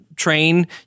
train